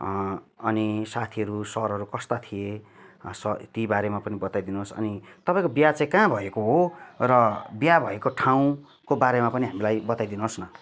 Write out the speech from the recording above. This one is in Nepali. अनि साथीहरू सरहरू कस्ता थिए स ती बारेमा पनि बताइदिनु होस् अनि तपाईँको बिहा चाहिँ कहाँ भएको हो र बिहा भएको ठाउँको बारेमा पनि हामीलाई बताइदिनु होस् न